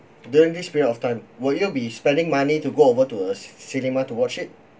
during this period of time will you be spending money to go over to a ci~ cinema to watch it